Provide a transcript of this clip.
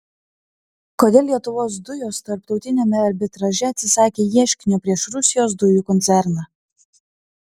kodėl lietuvos dujos tarptautiniame arbitraže atsisakė ieškinio prieš rusijos dujų koncerną